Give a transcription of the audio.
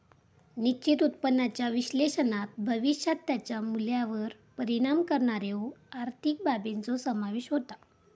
निश्चित उत्पन्नाच्या विश्लेषणात भविष्यात त्याच्या मूल्यावर परिणाम करणाऱ्यो आर्थिक बाबींचो समावेश होता